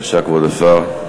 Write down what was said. בבקשה, כבוד השר.